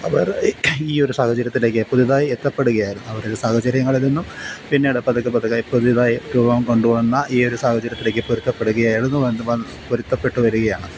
അവർ ഈ ഈ ഒരു സാഹചര്യത്തിലേക്ക് പുതുതായി എത്തപ്പെടുകയാരുന്നു അവരുടെ സാഹചര്യങ്ങളിൽ നിന്നും പിന്നീട് പതുക്കെ പതുക്കെ പുതുതായി രൂപംകൊണ്ടുവന്ന ഈ ഒരു സാഹചര്യത്തിലേക്ക് പൊരുത്തപ്പെടുകയായിരുന്നു എന്നു വന്ന് പൊരുത്തപ്പെട്ട് വരികയാണ്